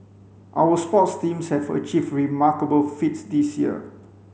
our sports teams have achieved remarkable feats this year